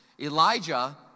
Elijah